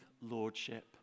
lordship